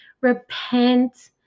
Repent